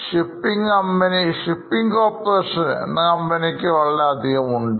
reserves shipping corporation എന്ന കമ്പനിക്ക് വളരെ അധികം ഉണ്ട്